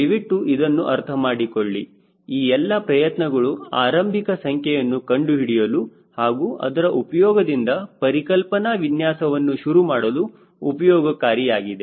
ದಯವಿಟ್ಟು ಇದನ್ನು ಅರ್ಥ ಮಾಡಿಕೊಳ್ಳಿ ಈ ಎಲ್ಲ ಪ್ರಯತ್ನಗಳು ಆರಂಭಿಕ ಸಂಖ್ಯೆಯನ್ನು ಕಂಡುಹಿಡಿಯಲು ಹಾಗೂ ಅದರ ಉಪಯೋಗದಿಂದ ಪರಿಕಲ್ಪನಾ ವಿನ್ಯಾಸವನ್ನು ಶುರುಮಾಡಲು ಉಪಯೋಗಕಾರಿಯಾಗಿದೆ